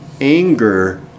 anger